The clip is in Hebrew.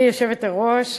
גברתי היושבת-ראש,